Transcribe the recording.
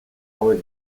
hauek